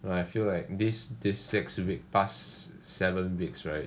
I feel like this this six weeks past seven weeks right